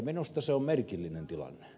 minusta se on merkillinen tilanne